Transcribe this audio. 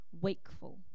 wakeful